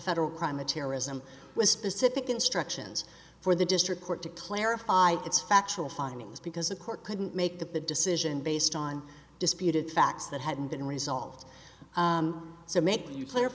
federal crime of terrorism was specific instructions for the district court to clarify its factual findings because a court couldn't make the decision based on disputed facts that hadn't been resolved so make you play or